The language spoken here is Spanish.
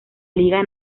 liga